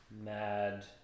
Mad